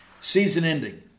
season-ending